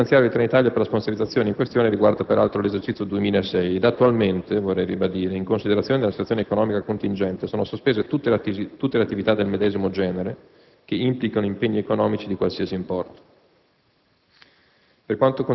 L'impegno finanziario di Trenitalia per la sponsorizzazione in questione riguarda peraltro l'esercizio 2006; attualmente, in considerazione della situazione economica contingente, sono sospese tutte le attività del medesimo genere che implichino impegni economici di qualsiasi importo.